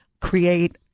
create